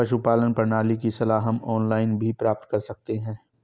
पशुपालन प्रणाली की सलाह हम ऑनलाइन भी प्राप्त कर सकते हैं